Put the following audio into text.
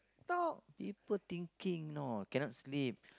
talk people thinking you know cannot sleep